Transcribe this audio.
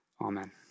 Amen